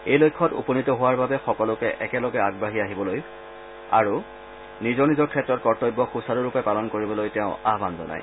এই লক্ষ্যত উপনীত হোৱাৰ বাবে সকলোকে একেলগে আগবাঢ়ি আহিবলৈ আৰু নিজৰ নিজৰ ক্ষেত্ৰত কৰ্তব্য সুচাৰুৰূপে পালন কৰিবলৈ তেওঁ আহবান জনায়